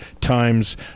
times